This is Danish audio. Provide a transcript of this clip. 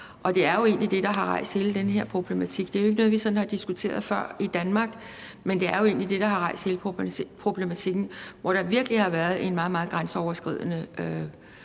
og det er egentlig det, der har rejst hele den her problematik. Det er ikke noget, vi sådan har diskuteret før i Danmark, men det er jo egentlig det, der har rejst hele problematikken, hvor der virkelig har været en meget, meget grænseoverskridende